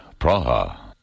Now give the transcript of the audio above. Praha